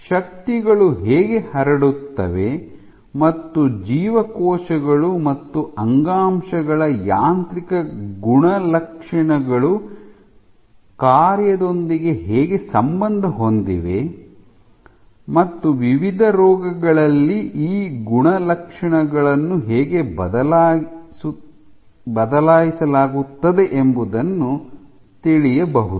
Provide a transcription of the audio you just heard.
ಶಕ್ತಿಗಳು ಹೇಗೆ ಹರಡುತ್ತವೆ ಮತ್ತು ಜೀವಕೋಶಗಳು ಮತ್ತು ಅಂಗಾಂಶಗಳ ಯಾಂತ್ರಿಕ ಗುಣಲಕ್ಷಣಗಳು ಕಾರ್ಯದೊಂದಿಗೆ ಹೇಗೆ ಸಂಬಂಧ ಹೊಂದಿವೆ ಮತ್ತು ವಿವಿಧ ರೋಗಗಳಲ್ಲಿ ಈ ಗುಣಲಕ್ಷಣಗಳನ್ನು ಹೇಗೆ ಬದಲಾಯಿಸಲಾಗುತ್ತದೆ ಎಂಬುದನ್ನು ತಿಳಿಯಬಹುದು